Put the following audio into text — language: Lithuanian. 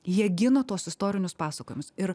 jie gina tuos istorinius pasakojimus ir